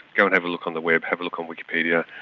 go and have a look on the web, have a look on wikipedia,